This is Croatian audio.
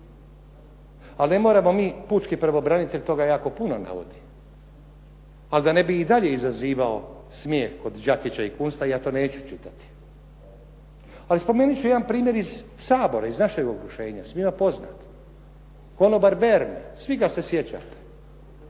Ali ne moramo mi, pučki pravobranitelj toga jako puno navodi, ali ga ne bi i dalje izazivao smijeh kod Đakića i Kunsta, ja to neću čitati. Ali spomenut ću jedan primjer iz Sabora, iz našeg okruženja svima poznat. Konobar Berni, svi ga se sjećate.